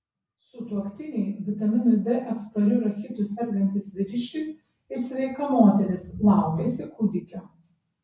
sutuoktiniai vitaminui d atspariu rachitu sergantis vyriškis ir sveika moteris laukiasi kūdikio